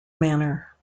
manner